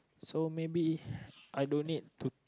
so maybe I don't need to